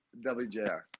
WJR